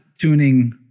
tuning